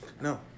no